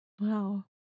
Wow